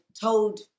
told